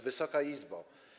Wysoka Izbo!